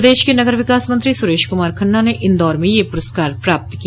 प्रदेश के नगर विकास मंत्री सुरेश कुमार खन्ना ने इन्दौर में यह पुरस्कार प्राप्त किया